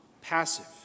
passive